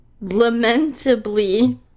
Lamentably